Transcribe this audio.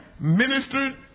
ministered